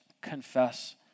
confess